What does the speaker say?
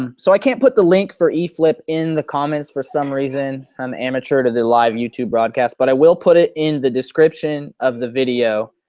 and so i can't put the link for eflip in the comments for some reason. i'm an amateur to the live youtube broadcast but i will put it in the description of the video.